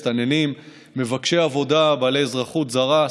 מסתננים מבקשי עבודה בעלי אזרחות זרה,